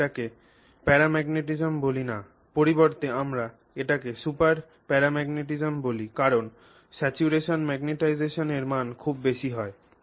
আমরা এটিকে প্যারাম্যাগনেটিজম বলি না পরিবর্তে আমরা এটিকে সুপার প্যারাম্যাগনেটিজম বলি কারণ স্যাচুরেশন ম্যাগনেটাইজেশনের মান খুব বেশি হয়